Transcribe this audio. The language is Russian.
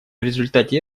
результате